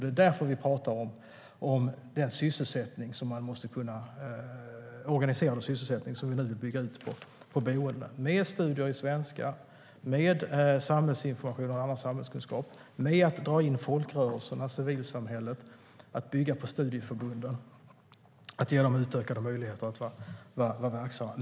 Det är därför vi pratar om den organiserade sysselsättning som vi vill bygga ut på boendena, med studier i svenska, med samhällsinformation och annan samhällskunskap, med att dra in folkrörelserna och civilsamhället, att bygga på studieförbunden, att ge dem utökade möjligheter att vara verksamma.